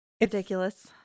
Ridiculous